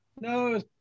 No